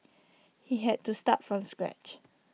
he had to start from scratch